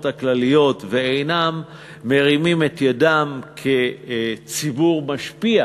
הכלליות ואינם מרימים את ידם כציבור משפיע